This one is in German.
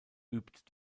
übt